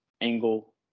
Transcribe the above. angle